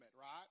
right